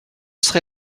serai